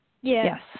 Yes